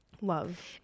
love